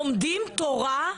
לומדים בתורה?